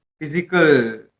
physical